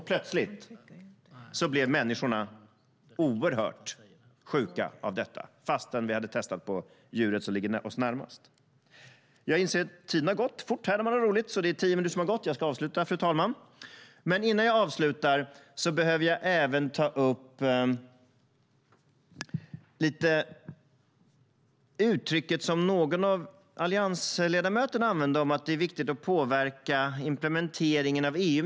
Plötsligt blev människorna oerhört sjuka fastän drogen hade testats på djuret som ligger oss närmast. Tiden går fort när man har roligt. Tio minuter har gått, och jag ska avsluta, fru talman. Innan jag avslutar behöver jag även ta upp ett uttryck som någon av alliansledamöterna använde om att det är viktigt att påverka implementeringen från EU:s sida.